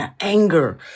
anger